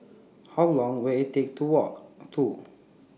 How Long Will IT Take to Walk to